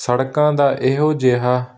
ਸੜਕਾਂ ਦਾ ਇਹੋ ਜਿਹਾ